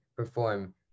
Perform